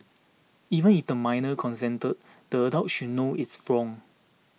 even if the minor consented the adult should know it's wrong